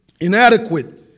inadequate